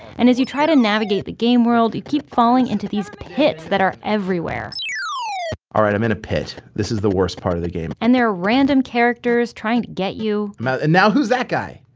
and as you try to navigate the game world, you keep falling into these pits that are everywhere alright, i'm in a pit. this is the worst part of the game and there are random characters trying to get you i'm out, and now who's that guy?